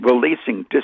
releasing